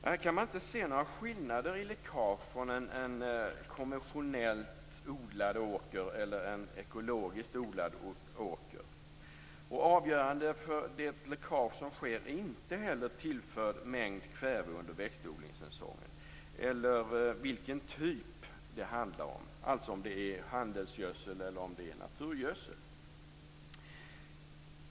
Här kan man inte se några skillnader i läckage från en konventionellt odlad åker eller en ekologiskt odlad åker. Avgörande för att läckaget sker är inte heller mängden tillförd kväve under växtodlingssäsongen eller vilken typ det handlar om, alltså om det är handelsgödsel eller naturgödsel.